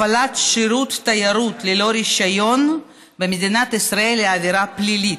הפעלת שירות תיירות ללא רישיון במדינת ישראל היא עבירה פלילית,